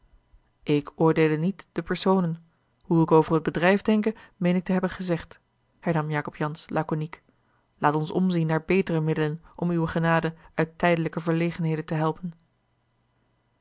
ik oordeele niet de personen hoe ik over het bedrijf denke meen ik te hebben gezegd hernam jacob jansz laconiek laat ons omzien naar betere middelen om uwe genade uit tijdelijke verlegenheden te helpen